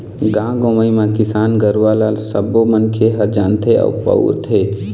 गाँव गंवई म किसान गुरूवा ल सबो मनखे ह जानथे अउ बउरथे